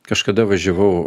kažkada važiavau